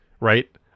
right